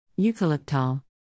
Eucalyptol